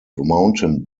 mountain